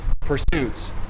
pursuits